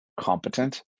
competent